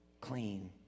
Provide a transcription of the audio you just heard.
Clean